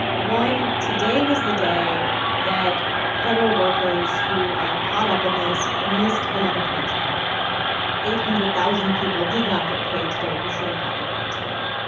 one, today was the day that federal workers who are caught up in this missed another paycheck eight hundred thousand people did not get paid today who should have gotten paid today.